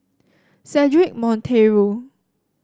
Cedric Monteiro